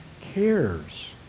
cares